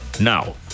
Now